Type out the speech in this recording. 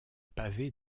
pavé